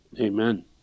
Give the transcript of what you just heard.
Amen